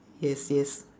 yes yes